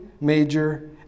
major